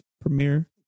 premiere